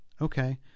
okay